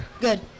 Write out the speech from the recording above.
good